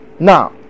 Now